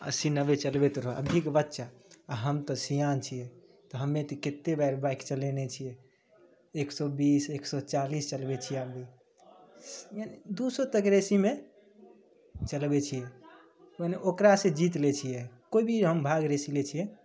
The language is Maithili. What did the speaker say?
अस्सी नब्बे चलबैत रहल अभीके बच्चा आओर हम तऽ सिआन छी तऽ हमे तऽ कतेक बेर बाइक चलेने छी एक सओ बीस एक सओ चालिस चलबै छी आब दुइ सओ तक रेसीमे चलबै छी मने ओकरासे जीति लै छिए कोइ भी हम भाग रेसी लै छिए